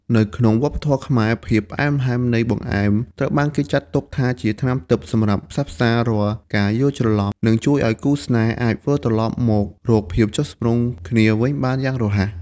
នៅក្នុងវប្បធម៌ខ្មែរ ភាពផ្អែមល្ហែមនៃបង្អែមត្រូវបានគេចាត់ទុកថាជាថ្នាំទិព្វសម្រាប់ផ្សះផ្សារាល់ការយល់ច្រឡំ និងជួយឱ្យគូស្នេហ៍អាចវិលត្រឡប់មករកភាពចុះសម្រុងគ្នាវិញបានយ៉ាងរហ័ស។